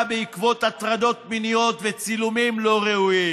בעקבות הטרדות מיניות וצילומים לא ראויים,